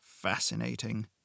Fascinating